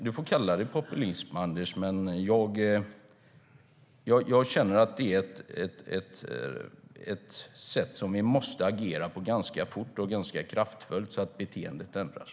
Du får kalla det populism, Anders, men jag känner att vi måste agera ganska fort och granska kraftfullt, så att beteendet ändras.